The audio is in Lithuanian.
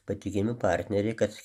patikimi partneriai kad